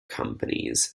companies